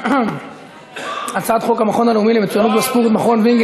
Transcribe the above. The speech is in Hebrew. חבר הכנסת יהודה גליק,